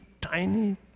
tiny